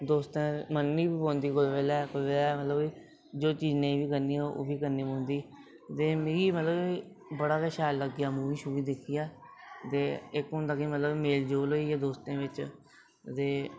दोस्तें मन्ननी बी पौंदी कुसै बेल्लै कुसै बेल्लै मतलब जो चीज नेईं बी करनी होऐ ओह् बी करनी पौंदी ते मिगी मतलब बड़ा गै शैल लग्गेआ मूवी शूवी दिक्खियै ते इक होंदा कि मतलब मेल जोल होई गेआ दोस्तें बिच ते